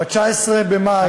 ב-19 במאי השנה,